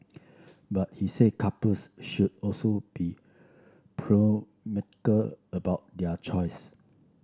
but he said couples should also be about their choice